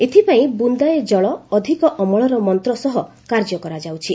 ଏଥିପାଇଁ 'ବୁନ୍ଦାଏ ଜଳ ଅଧିକ ଅମଳ'ର ମନ୍ତ ସହ କାର୍ଯ୍ୟ କରାଯାଉଛି